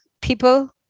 people